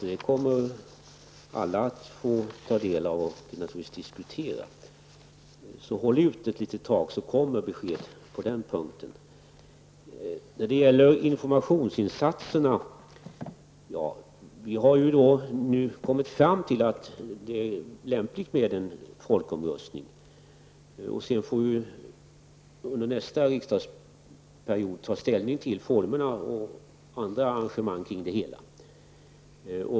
Alla kommer då att kunna ta del av detta material och naturligtvis få tillfälle tilll diskussioner. Håll ut ett litet tag, så kommer besked på den punkten! När det gäller informationsinsatserna har vi kommit fram till att det är lämpligt med en folkomröstning. Under nästa riksmöte skall riksdagen ta ställning till formerna och andra arrangemang kring det hela.